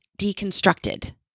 deconstructed